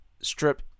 strip